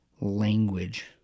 language